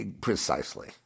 Precisely